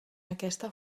aquesta